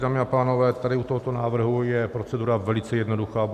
Dámy a pánové, u tohoto návrhu je procedura velice jednoduchá.